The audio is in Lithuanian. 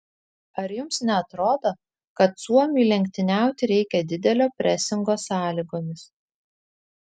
ar jums neatrodo kad suomiui lenktyniauti reikia didelio presingo sąlygomis